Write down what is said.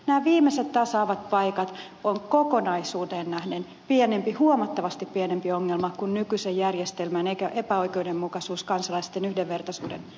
nämä viimeiset tasaavat paikat ovat kokonaisuuteen nähden huomattavasti pienempi ongelma kuin nykyisen järjestelmän epäoikeudenmukaisuus kansalaisten yhdenvertaisuuden